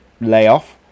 layoff